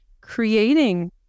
creating